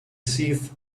sith